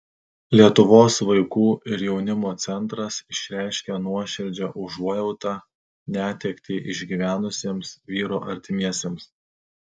lietuvos vaikų ir jaunimo centras išreiškė nuoširdžią užuojautą netektį išgyvenusiems vyro artimiesiems